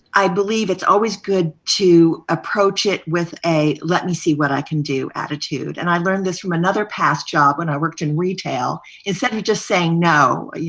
i believe it's always good to approach it with a let me see what i can do attitude. and i learned this from another past job when i worked in retail instead of just saying no,